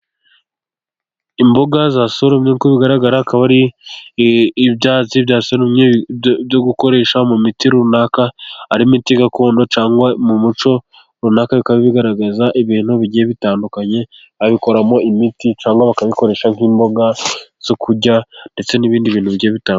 Imboga za Soro nk' unkuko bigaragara, akaba ari ibyatsi byo gukoresha mu miti runaka, ari imiti gakondo cyangwa mu muco runaka, bikaba bigaragaza ibintu bigiye bitandukanye, abikoramo imiti cyangwa bakabikoresha nk'imboga zo kurya, ndetse n'ibindi bintu bigiye bitandukanye.